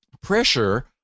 pressure